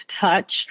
touch